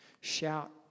shout